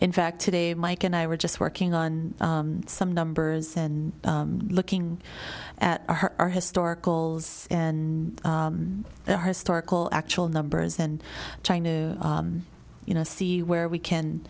in fact today mike and i were just working on some numbers and looking at our historical and the historical actual numbers and china you know to see where we can